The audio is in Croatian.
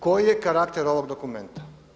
Koji je karakter ovog dokumenta?